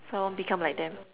so won't become like them